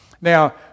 Now